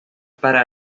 para